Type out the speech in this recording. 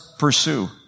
pursue